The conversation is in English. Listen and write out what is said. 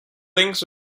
links